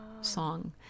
song